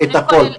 את הכול.